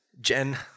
Jen